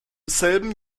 selben